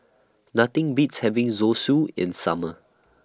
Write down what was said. Nothing Beats having Zosui in Summer